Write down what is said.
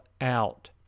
out